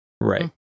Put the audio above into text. Right